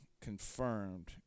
Confirmed